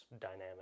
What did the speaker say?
dynamic